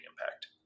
impact